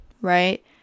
right